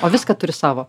o viską turi savo